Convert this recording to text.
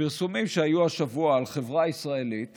הפרסומים שהיו השבוע על חברה ישראלית